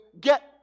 get